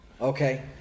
Okay